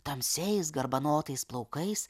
tamsiais garbanotais plaukais